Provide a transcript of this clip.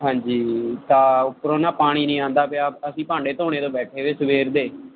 ਹਾਂਜੀ ਤਾਂ ਉੱਪਰੋਂ ਨਾ ਪਾਣੀ ਨਹੀਂ ਆਉਂਦਾ ਪਿਆ ਅਸੀਂ ਭਾਂਡੇ ਧੋਣੇ ਤੋਂ ਬੈਠੇ ਅਤੇ ਸਵੇਰ ਦੇ